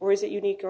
or is it unique or